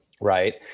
right